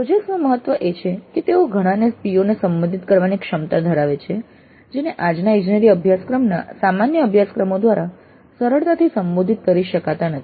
projects નું મહત્વ એ છે કે તેઓ ઘણા PO ને સંબોધિત કરવાની ક્ષમતા ધરાવે છે જેને આજના ઇજનેરી અભ્યાસક્રમના સામાન્ય અભ્યાસક્રમો દ્વારા સરળતાથી સંબોધિત કરી શકાતા નથી